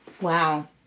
Wow